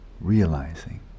realizing